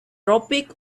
tropic